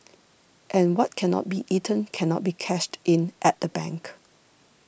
and what cannot be eaten cannot be cashed in at the bank